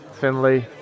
Finley